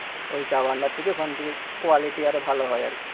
ওই চা ভাণ্ডার থেকে ওখান থেকে কোয়ালিটি তাহলে ভালো হয় আর কি